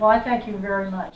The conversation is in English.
well i thank you very much